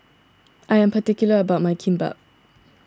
I am particular about my Kimbap